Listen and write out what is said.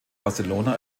barcelona